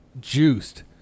juiced